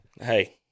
Hey